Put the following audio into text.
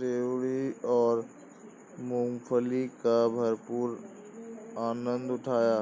रेवड़ी और मूंगफली का भरपूर आनंद उठाया